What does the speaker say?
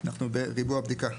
אנחנו ב-"ריבוע בדיקה".